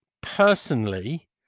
personally